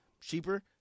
cheaper